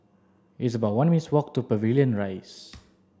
it's about one minutes' walk to Pavilion Rise